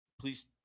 Please